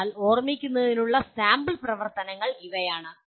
അതിനാൽ ഓർമിക്കുന്നതിനുള്ള സാമ്പിൾ പ്രവർത്തനങ്ങൾ ഇവയാണ്